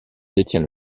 détient